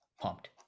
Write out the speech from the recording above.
Pumped